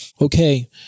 Okay